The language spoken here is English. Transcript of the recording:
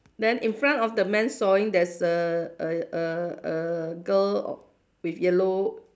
then in front of the man sawing there's a a a a girl with yellow